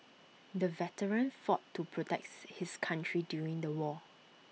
the veteran fought to protects his country during the war